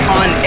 on